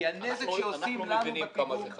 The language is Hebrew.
כי הנזק שעושים לנו בפיגום -- אנחנו מבינים כמה זה חשוב.